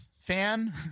fan